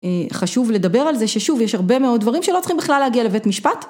חשוב לדבר על זה ששוב יש הרבה מאוד דברים שלא צריכים בכלל להגיע לבית משפט.